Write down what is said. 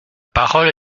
parole